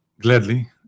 Gladly